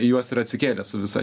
į juos ir atsikėlė su visa